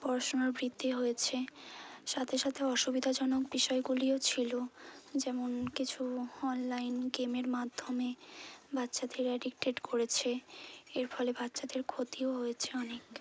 পড়াশুনার বৃদ্ধি হয়েছে সাথে সাথে অসুবিধাজনক বিষয়গুলিও ছিল যেমন কিছু অনলাইন গেমের মাধ্যমে বাচ্চাদের অ্যাডিক্টেড করেছে এর ফলে বাচ্চাদের ক্ষতিও হয়েছে অনেক